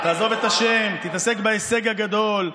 תעזוב את השם, תתעסק בהישג הגדול.